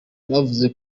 bavuze